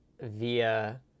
via